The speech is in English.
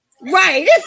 right